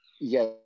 yes